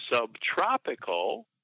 subtropical